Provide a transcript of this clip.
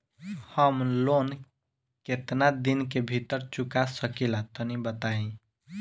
हम लोन केतना दिन के भीतर चुका सकिला तनि बताईं?